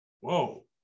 Whoa